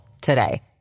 today